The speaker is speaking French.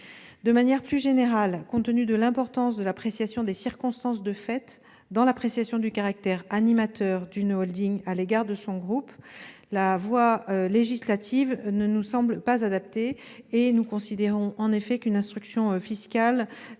De manière plus générale, compte tenu de l'importance que revêt l'appréciation des circonstances de fait dans l'appréciation du caractère animateur d'une à l'égard de son groupe, la voie législative ne nous semble pas adaptée. Selon nous, une instruction fiscale